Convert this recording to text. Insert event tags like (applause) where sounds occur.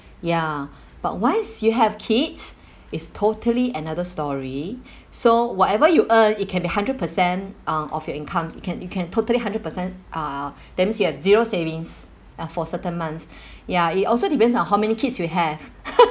ya but once you have kids it's totally another story so whatever you earn it can be hundred percent um of your income you can you can totally hundred percent uh that means you have zero savings and for certain month ya it also depends on how many kids you have (laughs)